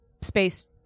Space